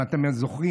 אם אתם זוכרים,